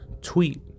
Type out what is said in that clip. tweet